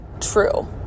true